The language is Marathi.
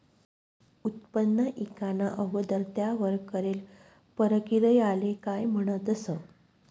उत्पन्न ईकाना अगोदर त्यावर करेल परकिरयाले काय म्हणतंस?